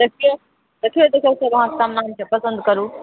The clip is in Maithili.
देखियौ देखियौ सब अहाँके सामने छै पसन्द करु